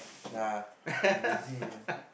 ya I'm lazy ah